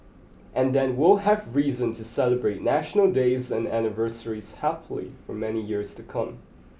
and then we'll have reason to celebrate National Days and anniversaries happily for many years to come